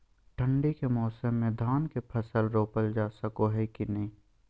ठंडी के मौसम में धान के फसल रोपल जा सको है कि नय?